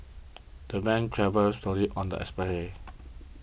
the van travelled slowly on the expressway